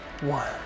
one